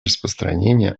распространения